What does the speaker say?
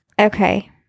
Okay